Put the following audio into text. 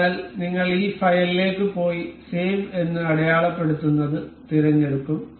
അതിനാൽ നിങ്ങൾ ഈ ഫയലിലേക്ക് പോയി സേവ് എന്ന് അടയാളപ്പെടുത്തുന്നത് തിരഞ്ഞെടുക്കും